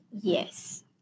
yes